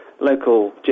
local